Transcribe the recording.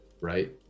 right